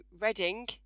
Reading